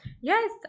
Yes